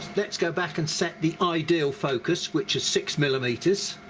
let's go back and set the ideal focus which is six millimeters,